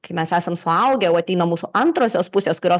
kai mes esame suaugę jau ateina mūsų antrosios pusės kurios